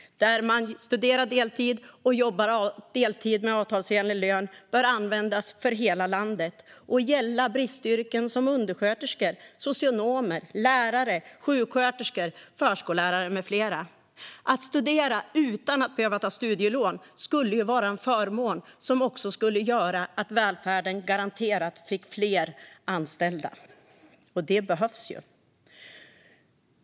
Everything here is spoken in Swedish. Den innebär att man studerar på deltid och jobbar deltid med avtalsenlig lön, och det ska gälla bristyrken som undersköterskor, socionomer, lärare, sjuksköterskor, förskollärare med flera. Att studera utan att behöva ta studielån skulle vara en förmån som också skulle göra att välfärden garanterat fick fler anställda, och det behövs.